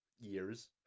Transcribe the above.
years